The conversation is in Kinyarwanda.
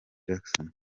jackson